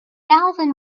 alvin